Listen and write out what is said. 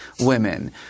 women